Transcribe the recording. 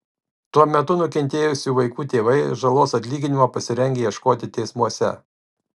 tuo metu nukentėjusių vaikų tėvai žalos atlyginimo pasirengę ieškoti teismuose